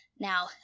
Now